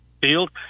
field